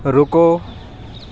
ਰੁਕੋ